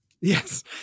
yes